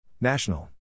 National